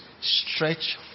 stretch